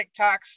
TikToks